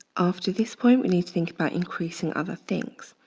after this point, we need to think about increasing other things.